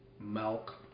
Milk